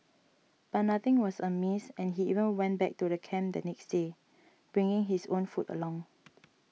but nothing was amiss and he even went back to camp the next day bringing his own food along